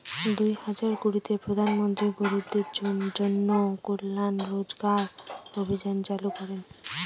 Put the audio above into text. দুই হাজার কুড়িতে প্রধান মন্ত্রী গরিবদের জন্য কল্যান রোজগার অভিযান চালু করেন